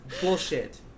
bullshit